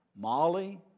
Molly